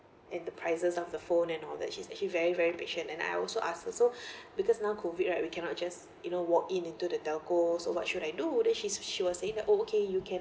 and the prices of the phone and all that she's actually very very patient and I also ask her so because now COVID right we cannot just you know walk in into the telco so what should I do then she's she was saying oh okay you can